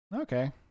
Okay